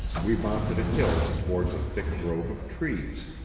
we mounted a hill towards a thick grove of trees.